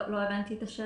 סליחה, לא הבנתי את השאלה.